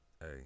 Hey